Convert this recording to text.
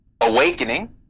awakening